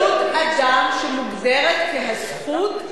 אין זכות אדם שמוגדרת כזכות,